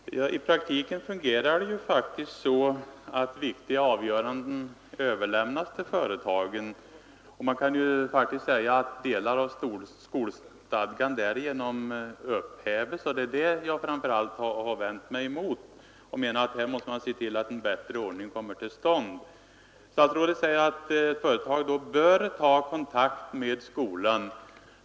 Herr talman! I praktiken fungerar det så att viktiga avgöranden överlämnas till företagen. Därigenom upphävs faktiskt delar av skolstadgan, och det är detta som jag framför allt har vänt mig mot och menar att en bättre ordning måste komma till stånd. Statsrådet säger att företagen bör ta kontakt med skolan.